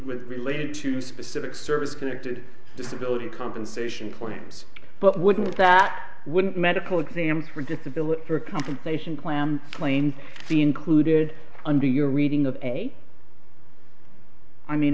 case related to specific service connected disability compensation points but wouldn't that wouldn't medical exams for disability for compensation plans claims be included under your reading of any i mean